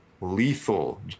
lethal